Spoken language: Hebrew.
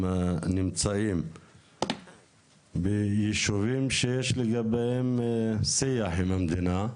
הנמצאים ביישובים שיש לגביהם שיח עם המדינה,